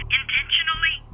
intentionally